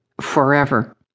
forever